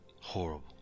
Horrible